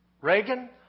Reagan